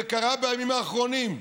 זה קרה בימים האחרונים.